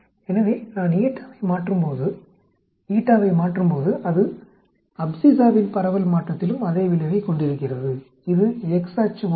எனவே நான் வை மாற்றும்போது அது அப்சிஸ்ஸாவின் பரவல் மாற்றத்திலும் அதே விளைவைக் கொண்டிருக்கிறது இது x அச்சு போன்றது